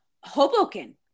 Hoboken